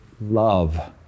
love